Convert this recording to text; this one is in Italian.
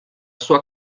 sua